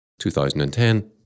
2010